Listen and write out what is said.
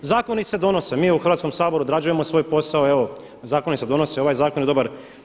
Zakoni se donose, mi u Hrvatskom saboru odrađujemo svoj posao, evo, zakoni se donose, ovaj zakon je dobar.